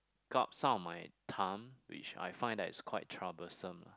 up some of my time which I find that is quite troublesome